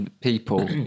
people